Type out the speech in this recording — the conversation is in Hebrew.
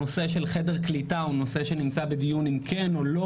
הנושא של חדר קליטה הוא נושא שנמצא בדיון אם כן או לא,